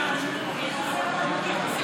והחוק הראשון שלכם בכנסת היה חסינות.